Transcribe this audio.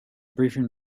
briefing